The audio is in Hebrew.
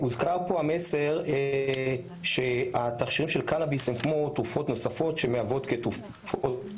הוזכר פה המסר שהתכשיר של קנביס הם כמו תרופות נוספות שמהוות --- אני